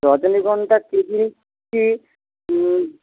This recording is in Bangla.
রজনীগন্ধা তিরিশ পিস